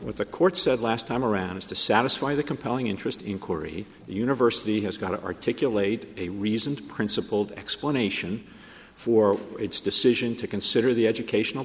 what the court said last time around is to satisfy the compelling interest inquiry the university has got to articulate a reasoned principled explanation for its decision to consider the educational